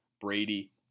Brady